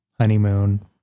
honeymoon